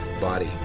body